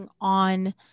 on